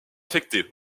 affecté